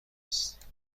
است